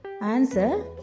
Answer